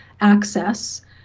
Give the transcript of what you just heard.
access